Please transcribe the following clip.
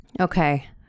Okay